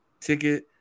ticket